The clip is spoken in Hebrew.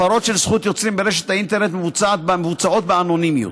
הפרות של זכות יוצרים ברשת האינטרנט מבוצעות באנונימיות.